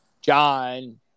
John